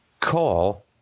call